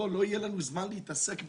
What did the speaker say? לא יהיה לנו זמן להתעסק בזה,